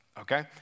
Okay